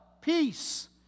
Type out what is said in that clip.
peace